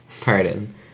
pardon